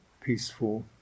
peaceful